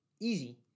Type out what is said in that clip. Easy